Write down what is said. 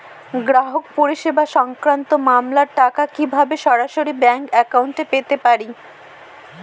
গ্রাহক পরিষেবা সংক্রান্ত মামলার টাকা কীভাবে সরাসরি ব্যাংক অ্যাকাউন্টে পেতে পারি?